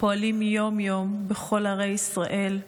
הפועלים יום-יום בכל ערי ישראל,